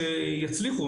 אני מאחל להם בהצלחה,